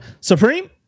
Supreme